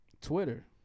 Twitter